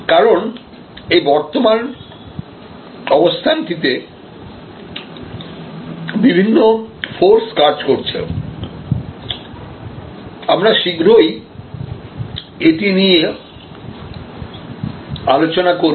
কারণ এই বর্তমান অবস্থানটিতে বিভিন্ন ফোর্স কাজ করছে আমরা শীঘ্রই এটি নিয়ে আলোচনা করব